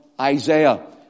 Isaiah